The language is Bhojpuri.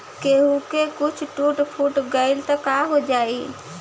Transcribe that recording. केहू के कुछ टूट फुट गईल त काहो जाई